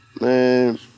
Man